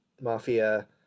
mafia